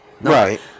Right